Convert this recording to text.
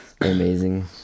amazing